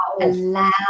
Allow